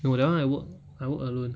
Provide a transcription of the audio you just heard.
no that [one] I work I work alone